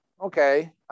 okay